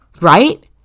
Right